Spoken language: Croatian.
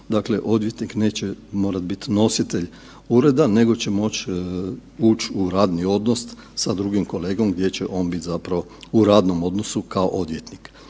Dakle, odvjetnik neće morati biti nositelj ureda nego će moći ući u radni odnos sa drugim kolegom gdje će on biti zapravo u radnom odnosu kao odvjetnik.